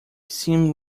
seemed